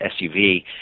SUV